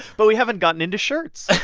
but we haven't gotten into shirts